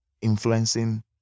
influencing